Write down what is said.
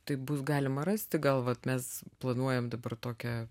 tai bus galima rasti gal vat mes planuojam dabar tokią